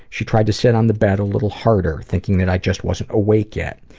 she tried to sit on the bed a little harder, thinking that i just wasn't awake yet.